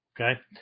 okay